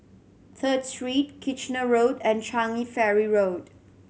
Third Street Kitchener Road and Changi Ferry Road